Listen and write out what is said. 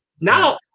Now